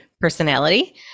personality